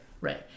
right